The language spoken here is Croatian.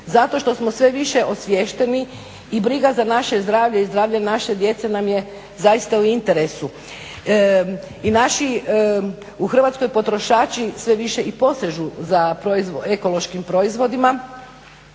zato što smo sve više osviješteni i briga za naše zdravlje i zdravlje naše djece nam je zaista u interesu i naši u Hrvatskoj potrošači sve više i posežu za ekološkim proizvodima